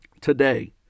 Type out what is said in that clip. today